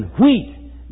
wheat